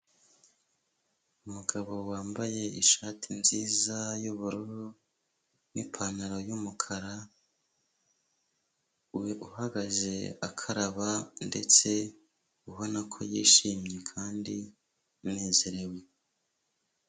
Umugabo wambaye ishati nziza y'ubururu, n'ipantaro y'umukara, uhagaze akaraba ndetse ubona ko yishimye, kandi anezerewe.